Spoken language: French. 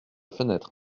fenêtre